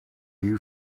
you